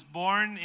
born